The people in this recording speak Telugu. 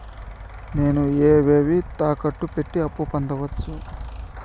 నేను ఏవేవి తాకట్టు పెట్టి అప్పు పొందవచ్చు?